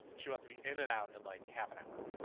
she want to be in and out in like half an hour.